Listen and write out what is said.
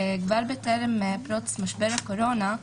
בטרם פרוץ משבר הקורונה,